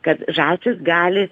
kad žąsys gali